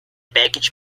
package